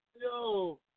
Yo